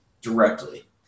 directly